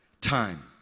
Time